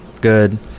good